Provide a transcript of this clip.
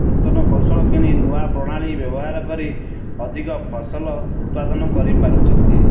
ନୂତନ କୌଶଳ କିଣି ନୂଆ ପ୍ରଣାଳୀ ବ୍ୟବହାର କରି ଅଧିକ ଫସଲ ଉତ୍ପାଦନ କରିପାରୁଛନ୍ତି